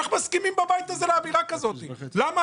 איך מסכימים בבית הזה לאמירה כזאת?